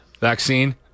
Vaccine